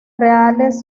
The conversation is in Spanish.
reales